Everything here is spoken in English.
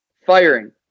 Firing